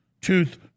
tooth